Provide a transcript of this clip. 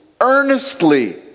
earnestly